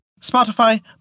Spotify